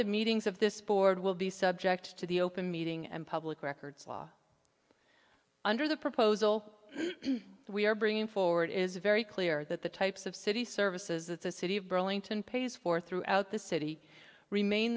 the meetings of this board will be subject to the open meeting and public records law under the proposal we are bringing forward is very clear that the types of city services that the city of burlington pays for throughout the city remain